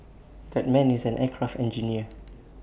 that man is an aircraft engineer